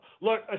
Look